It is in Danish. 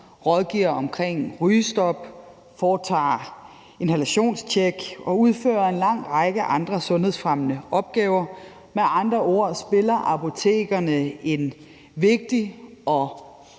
rådgiver omkring rygestop, foretager inhalationstjek og udfører en lang række andre sundhedsfremmende opgaver. Med andre ord spiller apotekerne en vigtig og